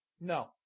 No